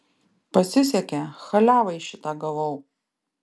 pasisekė chaliavai šitą gavau